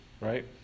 right